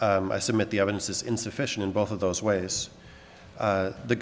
i submit the evidence is insufficient in both of those ways